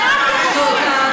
מה אתם עושים?